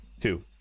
Two